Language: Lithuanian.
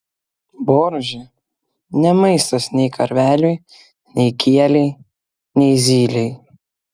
boružė ne maistas nei karveliui nei kielei nei zylei